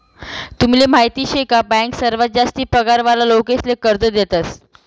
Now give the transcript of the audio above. तुमले माहीत शे का बँक सर्वात जास्ती पगार वाला लोकेसले कर्ज देतस